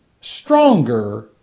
stronger